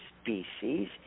species